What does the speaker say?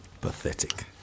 Pathetic